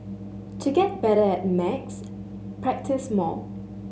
to get better at maths practise more